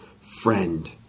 friend